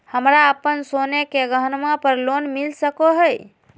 हमरा अप्पन सोने के गहनबा पर लोन मिल सको हइ?